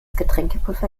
getränkepulver